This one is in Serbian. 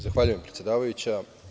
Zahvaljujem predsedavajuća.